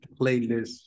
playlist